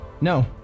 No